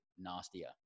nastier